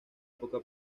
poca